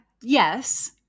Yes